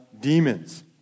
demons